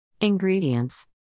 Ingredients